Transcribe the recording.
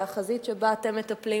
והחזית שבה אתם מטפלים